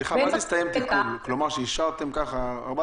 מה זה הסתיים טיפול, כלומר שאישרתם 4,000?